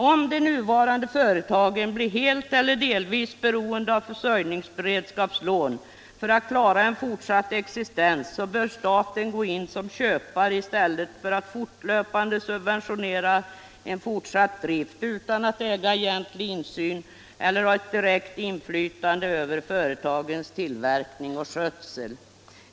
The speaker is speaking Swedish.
Om de nuvarande företagen blir helt eller delvis beroende av försörjningsberedskapslån för att klara en fortsatt existens, bör staten gå in som köpare i stället för att fortlöpande subventionera en fortsatt brist utan att äga egentlig insyn eller ha ett direkt inflytande över företagens tillverkning och skötsel.